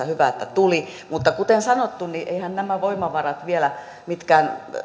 hyvä että sitä tuli mutta kuten sanottu eiväthän nämä voimavarat vielä mitkään